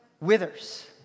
withers